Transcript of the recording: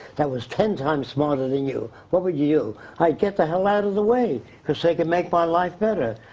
that was ten times smarter than you, what would you do? i'd get the hell out of the way, cause they can make my life better.